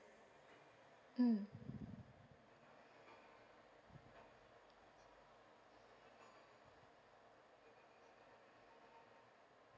mm